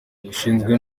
ushize